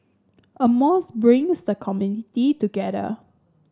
a mosque brings a community together